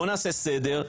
בואו נעשה סדר,